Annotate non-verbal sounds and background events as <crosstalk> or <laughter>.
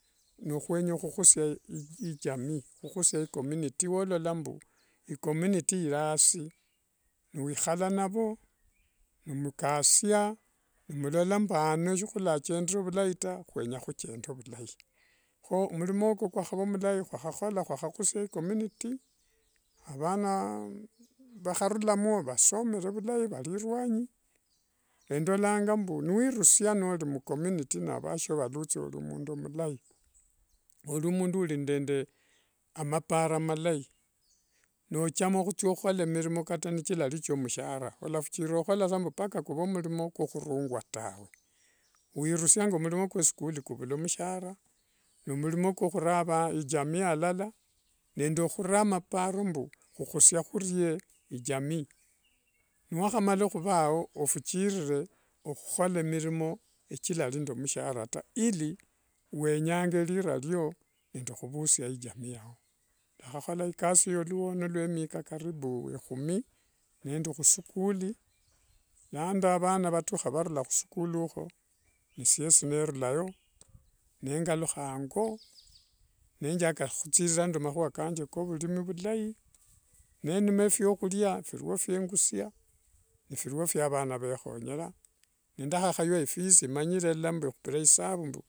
Nokhwenya khukhusia <hesitation> ijamii khukhusia icommunity wolola mbu icommunity ikasi niwikhala navo n mukasia nimulola mbu ano shihwalachendere vulai taa, hwenya khuchende vulai. Kho murimo ko kwakhava mulai khwakhakhola khwakhakhusia icommunity avana vakharulamo vasomere vulai vari ruanyi, endolanga mbu niwirusia norimucommunity navasio valutsi mbu ori omundu mulai ori mundu uri ndemaparo malai nochama khuthia khokhola mirimo kata nikilari kiomushara olafuchira saa mbukhuvera olarungwa tawe wirusianga ngi murimo kwamuschool kuuuma mushara ni murimo kwakhura ijamii alala nende khura maparo mbu khukhusia endie ijamii niwakhamala khuva ao ofuchirire okhukhola mirimo chilari nde mushara taa ili wenyanga rira rio nde khuvusia ijamii yao ndakhakhola ikasi eyo khuluono lwa mika karibu ekhumi nendikhuschool nano vana vatukha nivarula khusichool siesi nerulayo nenjakukha ango nenjaka khuthiririra nde makhua kanje ka vurimi vulai nerima phiakhuria phirio fya ngusia ni phirio phia vana vekhonyera ndakhakhaywa ifisi manyire lala mbu khupire isabu.